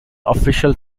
official